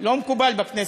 לא מקובל בכנסת,